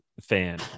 fan